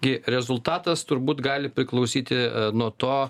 gi rezultatas turbūt gali priklausyti nuo to